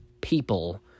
people